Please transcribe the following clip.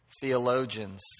theologians